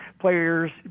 players